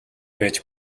байж